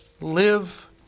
live